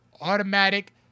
Automatic